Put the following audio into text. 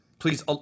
Please